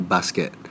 Basket